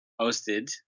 posted